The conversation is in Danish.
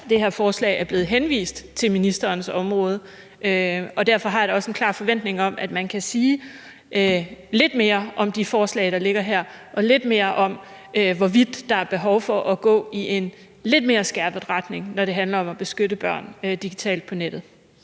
det her forslag er blevet henvist til ministerens område, og derfor har jeg da også en klar forventning om, at man kan sige lidt mere om de forslag, der ligger her, og lidt mere om, hvorvidt der er behov for at gå i en lidt mere skærpet retning, når det handler om at beskytte børn digitalt på nettet.